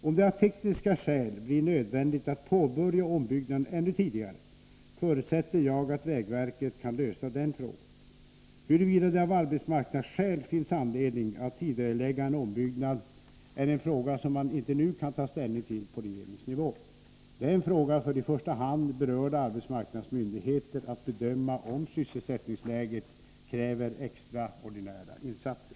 Om det av tekniska skäl blir nödvändigt att påbörja ombyggnaden ännu tidigare, förutsätter jag att vägverket kan lösa den frågan. Huruvida det av arbetsmarknadsskäl finns anledning att tidigarelägga en ombyggnad är en fråga som vi inte nu kan ta ställning till på regeringsnivå. Det är en uppgift för i första hand berörda arbetsmarknadsmyndigheter att bedöma om sysselsättningsläget kräver extraordinära insatser.